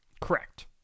Correct